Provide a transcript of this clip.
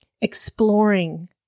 exploring